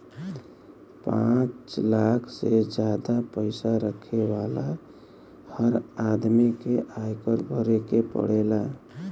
पांच लाख से जादा पईसा रखे वाला हर आदमी के आयकर भरे के पड़ेला